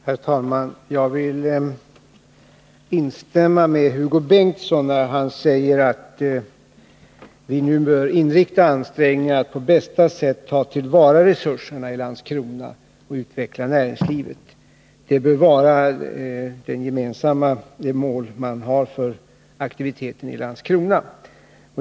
Herr talman! Jag vill instämma med Hugo Bengtsson när han säger att vi nu bör inrikta ansträngningarna på att på bästa sätt ta till vara resurserna i Landskrona och utveckla näringslivet. Det bör vara det gemensamma mål man har för aktiviteten i Landskrona.